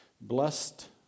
Blessed